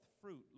fruit